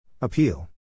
Appeal